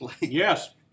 Yes